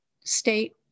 state